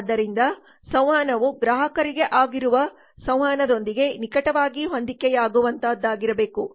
ಆದ್ದರಿಂದ ಸಂವಹನವು ಗ್ರಾಹಕರಿಗೆ ಆಗಿರುವ ಸಂವಹನದೊಂದಿಗೆ ನಿಕಟವಾಗಿ ಹೊಂದಿಕೆಯಾಗುವಂತಹದ್ದಾಗಿರಬೇಕು